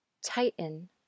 Tighten